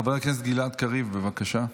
חבר הכנסת גלעד קריב, בבקשה.